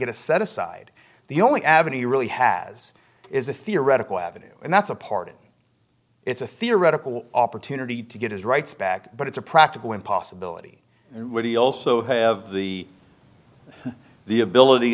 get a set aside the only avenue he really has is a theoretical avenue and that's a part of it's a theoretical opportunity to get his rights back but it's a practical impossibility when he also have the the ability